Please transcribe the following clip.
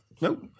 Nope